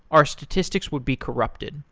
our statistics would be corrupted.